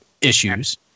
issues